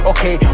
Okay